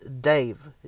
Dave